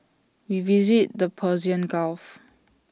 we visited the Persian gulf